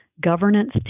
governance